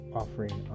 offering